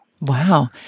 wow